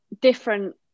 different